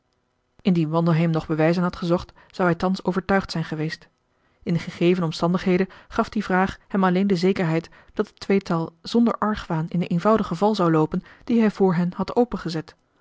indien wandelheem nog bewijzen had gezocht zou hij thans overtuigd zijn geweest in de gegeven omstandigheden gaf die vraag hem alleen de zekerheid dat het tweetal zonder argwaan in de eenvoudige val zou loopen die hij voor hen had opengezet